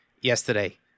yesterday